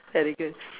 very good